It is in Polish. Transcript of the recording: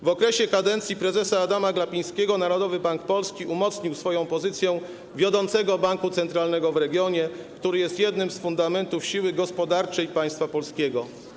W okresie kadencji prezesa Adama Glapińskiego Narodowy Bank Polski umocnił swoją pozycją wiodącego banku centralnego w regionie, który jest jednym z fundamentów siły gospodarczej państwa polskiego.